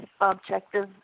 objective